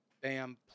Bam